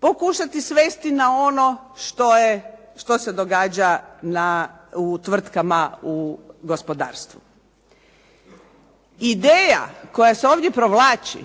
pokušati svesti na ono što se događa u tvrtkama u gospodarstvu. Ideja koja se ovdje provlači